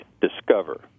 discover